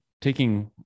taking